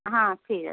হ্যাঁ ঠিক আছে